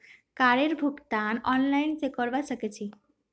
कारेर भुगतान ऑनलाइन स करवा सक छी